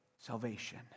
salvation